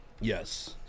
Yes